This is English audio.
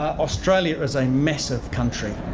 australia is a massive country,